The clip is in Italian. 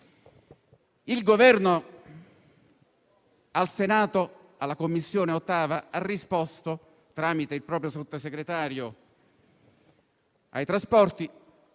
Il Governo alla 8a Commissione del Senato ha risposto tramite il proprio Sottosegretario ai trasporti